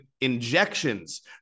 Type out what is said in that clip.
injections